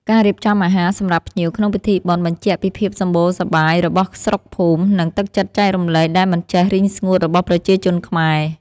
ការរៀបចំអាហារសម្រាប់ភ្ញៀវក្នុងពិធីបុណ្យបញ្ជាក់ពីភាពសម្បូរសប្បាយរបស់ស្រុកភូមិ និងទឹកចិត្តចែករំលែកដែលមិនចេះរីងស្ងួតរបស់ប្រជាជនខ្មែរ។